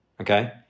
okay